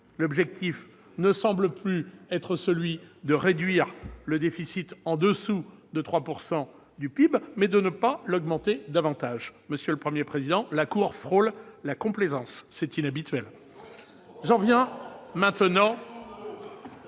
L'objectif semble être non plus de réduire le déficit en dessous de 3 % du PIB, mais de ne pas l'augmenter davantage ! Monsieur le Premier président, la Cour frôle la complaisance ; c'est inhabituel